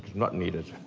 not needed.